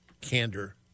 candor